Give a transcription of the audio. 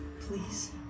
Please